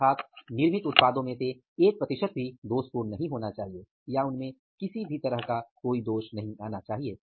अर्थात निर्मित उत्पादों में से 1 प्रतिशत भी दोषपूर्ण नहीं होना चाहिए या उनमे किसी भी प्रकार का दोष नहीं आना चाहिए